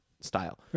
style